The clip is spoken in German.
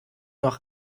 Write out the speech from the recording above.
noch